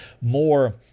more